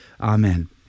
Amen